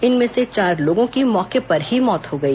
इनमें से चार लोगों की मौके पर ही मौत हो गई